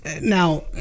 now